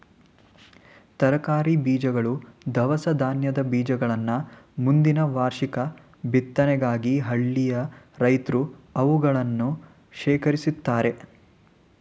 ತರಕಾರಿ ಬೀಜಗಳು, ದವಸ ಧಾನ್ಯದ ಬೀಜಗಳನ್ನ ಮುಂದಿನ ವಾರ್ಷಿಕ ಬಿತ್ತನೆಗಾಗಿ ಹಳ್ಳಿಯ ರೈತ್ರು ಅವುಗಳನ್ನು ಶೇಖರಿಸಿಡ್ತರೆ